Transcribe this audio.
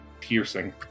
piercing